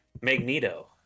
Magneto